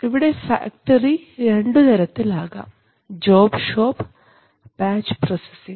ഇവിടെ ഫാക്ടറി രണ്ടുതരത്തിൽ ആകാം ജോബ് ഷോപ്പ് ബാച്ച് പ്രോസസിംഗ്